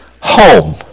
home